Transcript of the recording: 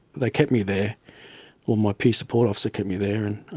they kept me there or my peer support officer kept me there and